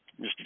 Mr